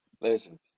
listen